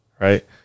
Right